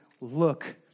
look